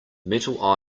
metal